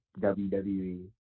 wwe